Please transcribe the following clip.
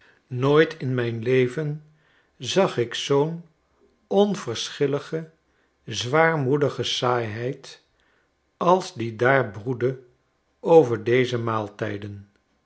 nooit in mijn leven zag ik zoo'n onverschillige zwaarmoedige saaiheid als die daar broedde over deze maaltijden